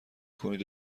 کنید